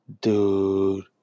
dude